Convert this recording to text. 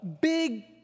big